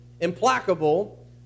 implacable